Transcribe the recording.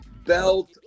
belt